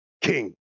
king